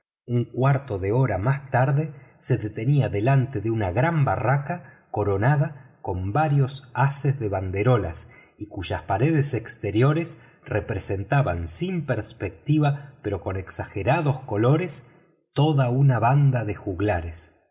un cuarto de hora más tarde se detenía delante de una gran barraca coronada con varios haces de banderolas y cuyas paredes exteriores representaban sin perspectiva pero con exagerados colores toda una banda de juglares